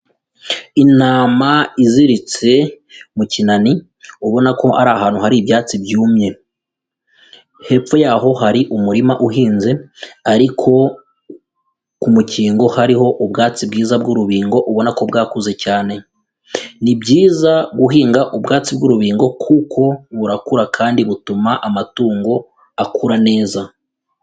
Intama iziritse mu kinani ubona ko ari ahantu hari ibyatsi byumye, hepfo y'aho hari umurima uhinze ariko ku mukingo hariho ubwatsi bwiza bw'urubingo ubona ko bwakuze cyane, ni byiza guhinga ubwatsi bw'urubingo kuko burakura kandi butuma amatungo akura neza.